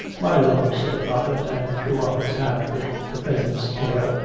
my love, said robin, and threw oflf his hat with the pheasant's tail,